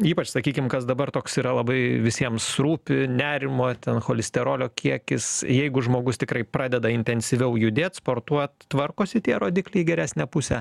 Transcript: ypač sakykim kas dabar toks yra labai visiems rūpi nerimo ten cholisterolio kiekis jeigu žmogus tikrai pradeda intensyviau judėt sportuot tvarkosi tie rodikliai į geresnę pusę